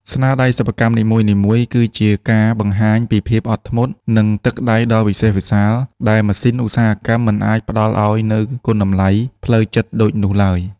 ស្នាដៃសិប្បកម្មនីមួយៗគឺជាការបង្ហាញពីភាពអត់ធ្មត់ និងទឹកដៃដ៏វិសេសវិសាល ដែលម៉ាស៊ីនឧស្សាហកម្មមិនអាចផ្ដល់ឱ្យនូវគុណតម្លៃផ្លូវចិត្តដូចនោះឡើយ។